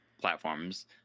platforms